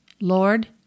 Lord